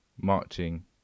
marching